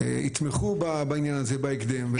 יתמכו בעניין הזה בהקדם,